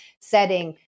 setting